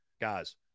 Guys